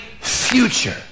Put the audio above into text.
future